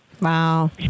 Wow